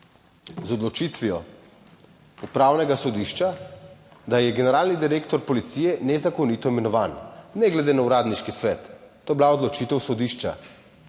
z odločitvijo upravnega sodišča, da je generalni direktor policije nezakonito imenovan, ne glede na uradniški svet. To je bila odločitev sodišča.